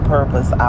Purpose